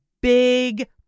big